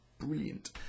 Brilliant